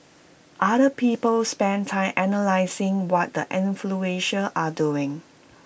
other people spend time analysing what the influential are doing